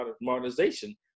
modernization